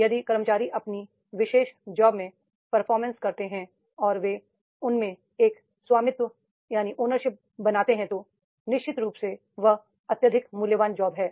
यदि कर्मचारी अपनी विशेष जॉब में परफॉर्मेंस करते हैं और वे उसमें एक स्वामित्व बनाते हैं तो निश्चित रूप से यह अत्यधिक मूल्यवान जॉब है